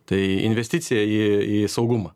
tai investicija į į saugumą